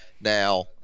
now